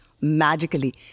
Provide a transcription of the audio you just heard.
magically